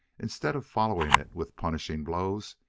instead of following it with punishing blows,